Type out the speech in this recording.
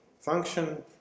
function